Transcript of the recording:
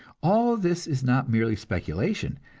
all this is not merely speculation,